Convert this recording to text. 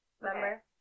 remember